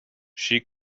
she